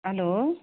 hello